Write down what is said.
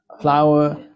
flour